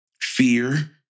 fear